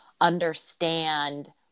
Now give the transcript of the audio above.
understand